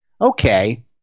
okay –